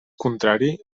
contrari